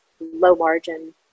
low-margin